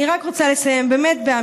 אני רק רוצה לסיים באמירה: